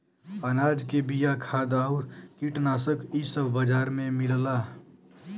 अनाज के बिया, खाद आउर कीटनाशक इ सब बाजार में मिलला